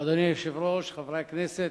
אדוני היושב-ראש, חברי הכנסת,